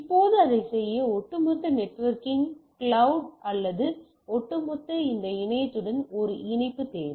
இப்போது அதைச் செய்ய ஒட்டுமொத்த நெட்வொர்க்கிங் கிளவுட் அல்லது ஒட்டுமொத்த இந்த இணையத்துடன் ஒரு இணைப்பு தேவை